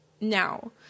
Now